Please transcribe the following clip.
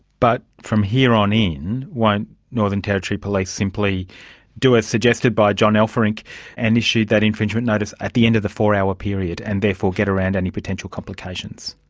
but from here on in, won't northern territory police simply do as suggested by john elferink and issue that infringement notice at the end of the four-hour ah period and therefore get around any potential complications?